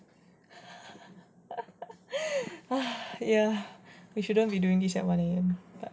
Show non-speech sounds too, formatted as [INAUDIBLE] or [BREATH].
[BREATH] ya we shouldn't be doing this at one A_M